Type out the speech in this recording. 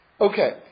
Okay